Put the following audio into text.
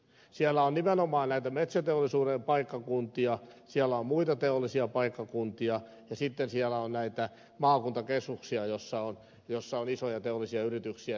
siellä on nimenomaan näitä metsäteollisuuden paikkakuntia siellä on muita teollisia paikkakuntia ja sitten siellä on näitä maakuntakeskuksia joissa on isoja teollisia yrityksiä